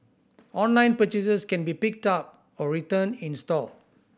online purchases can be picked up or returned in store